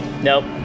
Nope